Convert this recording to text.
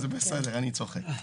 אני צוחק.